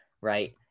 right